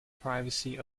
privacy